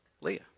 Leah